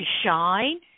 shine